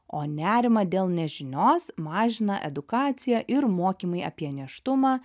o nerimą dėl nežinios mažina edukacija ir mokymai apie nėštumą